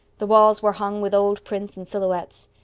the walls were hung with old prints and silhouettes.